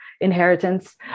inheritance